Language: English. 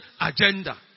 agenda